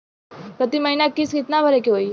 प्रति महीना किस्त कितना भरे के होई?